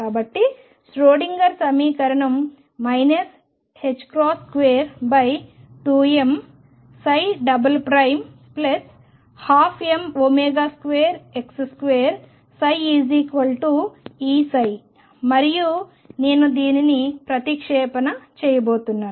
కాబట్టి ష్రోడింగర్ సమీకరణం 22m12m2x2Eψ మరియు నేను దీనిని ప్రతిక్షేపణ చేయబోతున్నాను